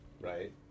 Right